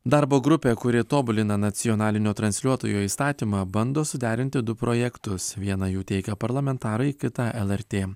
darbo grupė kuri tobulina nacionalinio transliuotojo įstatymą bando suderinti du projektus vieną jų teikia parlamentarai kitą lrt